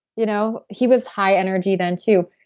you know he was high energy then too.